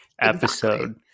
episode